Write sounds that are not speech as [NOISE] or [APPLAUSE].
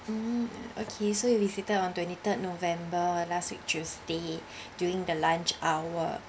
mmhmm okay so you visited on twenty third november last week tuesday [BREATH] during the lunch hour